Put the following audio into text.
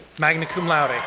magna cum laude.